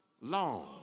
long